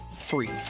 free